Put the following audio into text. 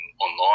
Online